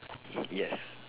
yes